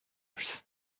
tears